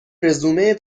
رزومه